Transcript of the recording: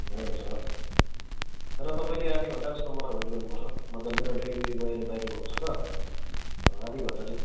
भइहाल्छ तर तपाईँले आधा घन्टा जस्तो मलाई वेट गर्नु पर्छ मतलब मेरो डेलिभरी बोय अहिले बाहिर गएको छ त आधा घन्टा